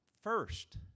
first